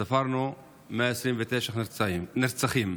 ספרנו 129 נרצחים.